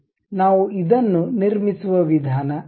ನಾವು ಇದನ್ನು ನಿರ್ಮಿಸುವ ವಿಧಾನ ಇದು